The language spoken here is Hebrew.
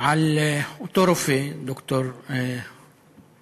על אותו רופא, ד"ר משאלי,